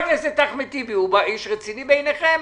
חבר הכנסת אחמד טיבי הוא איש רציני בעיניכם?